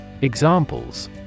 Examples